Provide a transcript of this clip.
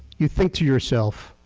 you think to yourself,